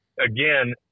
again